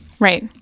Right